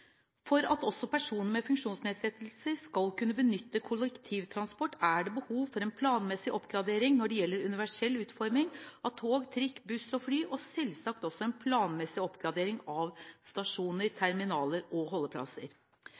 For at også personer med funksjonsnedsettelser skal kunne benytte kollektivtransport, er det behov for en planmessig oppgradering når det gjelder universell utforming av tog, trikk, buss og fly, og selvsagt også en planmessig oppgradering av stasjoner, terminaler og holdeplasser.